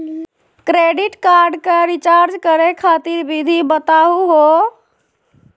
Credit card क recharge करै खातिर विधि बताहु हो?